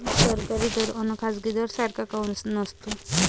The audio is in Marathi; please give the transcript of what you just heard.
सरकारी दर अन खाजगी दर सारखा काऊन नसतो?